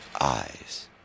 eyes